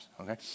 Okay